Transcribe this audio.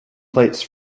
plates